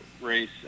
race